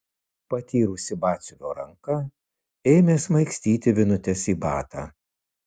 patyrusi batsiuvio ranka ėmė smaigstyti vinutes į batą